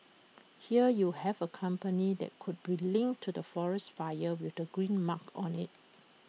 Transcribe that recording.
here you have A company that could be linked to forest fires with the green mark on IT